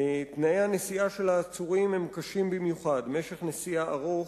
תנאי הנסיעה של העצורים קשים במיוחד: משך נסיעה ארוך,